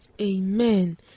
Amen